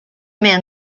men